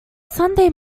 sunday